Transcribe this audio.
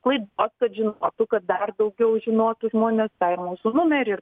sklaidos kad žinotų kad dar daugiau žinotų žmonės tą ir mūsų numerį ir